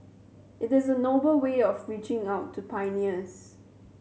it is noble way of reaching out to pioneers